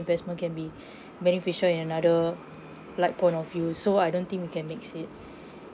investment can be beneficial in another like point of view so I don't think you can mix it